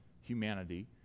humanity